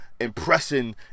impressing